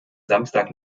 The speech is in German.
samstag